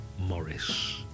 Morris